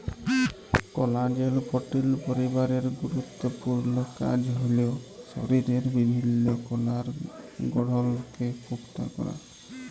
কলাজেল protein পরিবারের গুরুত্তপুর্ল কাজ হ্যল শরীরের বিভিল্ল্য কলার গঢ়লকে পুক্তা ক্যরা